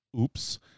Oops